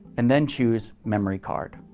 and then choose memory card.